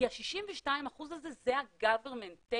כי ה-62% הזה זה ה-government take